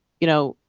you know,